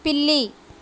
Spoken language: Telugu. పిల్లి